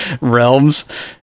realms